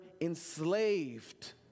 enslaved